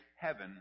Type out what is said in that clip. heaven